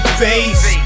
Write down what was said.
face